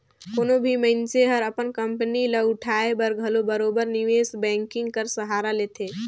कोनो भी मइनसे हर अपन कंपनी ल उठाए बर घलो बरोबेर निवेस बैंकिंग कर सहारा लेथे